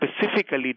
specifically